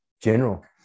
general